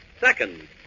Second